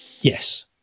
Yes